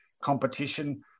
competition